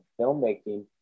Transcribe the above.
filmmaking